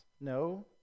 No